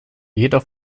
jeder